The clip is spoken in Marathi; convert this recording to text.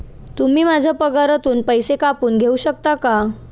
तुम्ही माझ्या पगारातून पैसे कापून घेऊ शकता का?